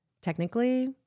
Technically